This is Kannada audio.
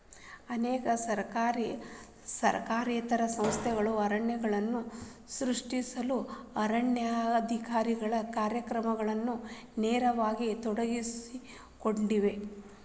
ಅನೇಕ ಸರ್ಕಾರಿ ಸರ್ಕಾರೇತರ ಸಂಸ್ಥೆಗಳು ಅರಣ್ಯಗಳನ್ನು ಸೃಷ್ಟಿಸಲು ಅರಣ್ಯೇಕರಣ ಕಾರ್ಯಕ್ರಮಗಳಲ್ಲಿ ನೇರವಾಗಿ ತೊಡಗಿಸಿಕೊಂಡಿವೆ